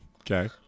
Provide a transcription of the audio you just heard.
okay